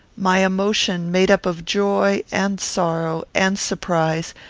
my emotion, made up of joy, and sorrow, and surprise,